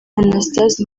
anastase